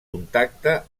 contacte